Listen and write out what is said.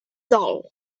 dol